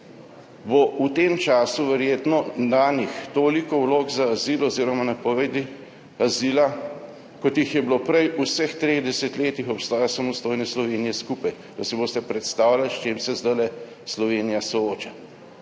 bo v tem času verjetno danih toliko vlog za azil oziroma napovedi azila, kot jih je bilo prej v vseh treh desetletjih obstoja samostojne Slovenije skupaj. Da si boste predstavljali, s čim se zdajle Slovenija sooča.